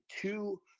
two